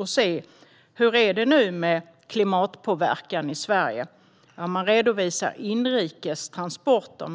det ser ut. Hur är det nu med klimatpåverkan i Sverige? Ja, man redovisar inrikes transporter.